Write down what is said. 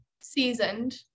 seasoned